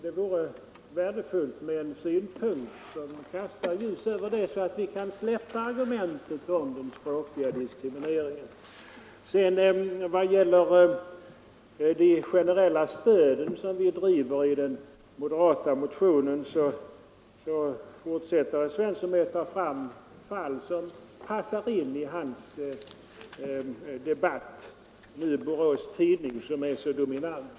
Det vore värdefullt med en synpunkt som kastar ljus över detta, så att vi kan slippa debatten om den språkliga diskrimineringen. Vad gäller frågan om det generella stödet som vi driver i den moderata motionen så fortsätter herr Svensson att leta fram fall som passar in i hans debatt. Han tog nu som exempel Borås Tidning som är så dominant.